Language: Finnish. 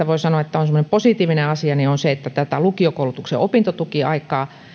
voi sanoa olevan semmoinen positiivinen asia tuolta kehysriihestä on se että tätä lukiokoulutuksen opintotukiaikaa